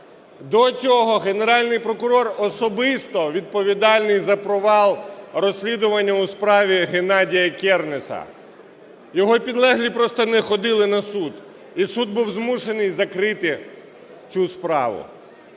До цього Генеральний прокурор особисто відповідальний за провал розслідування у справі Геннадія Кернеса. Його підлеглі просто не ходили на суд і суд був змушений закрити цю справу.